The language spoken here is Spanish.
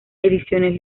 ediciones